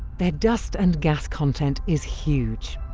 their dust and gas content is huge.